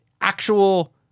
actual